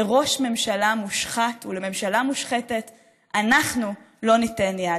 לראש ממשלה מושחת ולממשלה מושחתת אנחנו לא ניתן יד.